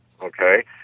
okay